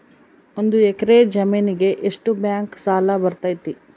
ಒಂದು ಎಕರೆ ಜಮೇನಿಗೆ ಎಷ್ಟು ಬ್ಯಾಂಕ್ ಸಾಲ ಬರ್ತೈತೆ?